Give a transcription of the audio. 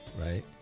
right